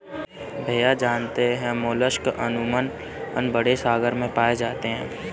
भैया जानते हैं मोलस्क अमूमन बड़े सागर में पाए जाते हैं